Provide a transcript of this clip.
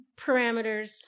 parameters